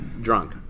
drunk